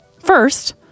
First